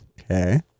Okay